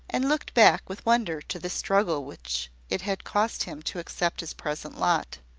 and looked back with wonder to the struggle which it had cost him to accept his present lot.